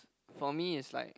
for me is like